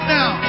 now